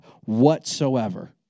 whatsoever